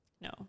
No